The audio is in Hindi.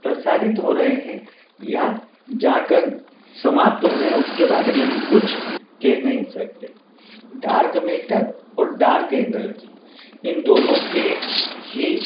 प्रसारित हो रहे हैं या जाकर समाप्त हो रहे हैं उसके बारे में हम कुछ कह नहीं सकते डार्क मैटर और डार्क एनर्जी इन दोनों के ही